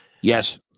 Yes